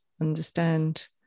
understand